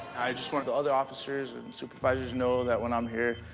i just want the other officers and supervisors know that when i'm here,